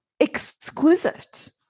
exquisite